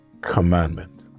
commandment